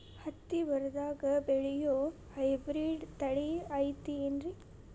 ಹತ್ತಿ ಬರದಾಗ ಬೆಳೆಯೋ ಹೈಬ್ರಿಡ್ ತಳಿ ಐತಿ ಏನ್ರಿ?